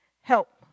help